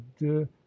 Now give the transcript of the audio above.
de